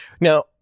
Now